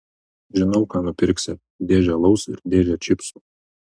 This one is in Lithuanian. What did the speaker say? žinau ką nupirksi dėžę alaus ir dėžę čipsų